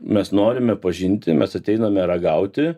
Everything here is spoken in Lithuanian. mes norime pažinti mes ateiname ragauti